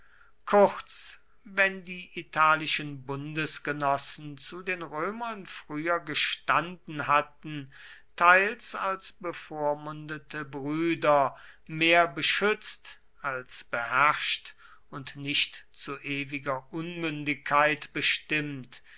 kurz wenn die italischen bundesgenossen zu den römern früher gestanden hatten teils als bevormundete brüder mehr beschützt als beherrscht und nicht zu ewiger unmündigkeit bestimmt